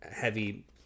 heavy